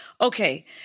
Okay